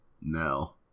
No